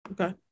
Okay